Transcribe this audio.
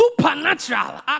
supernatural